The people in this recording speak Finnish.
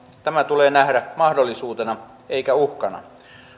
tämä tulee nähdä mahdollisuutena eikä uhkana